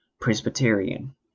Presbyterian